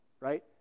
right